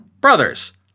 brothers